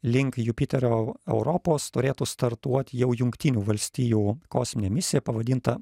link jupiterio europos turėtų startuoti jau jungtinių valstijų kosminė misija pavadinta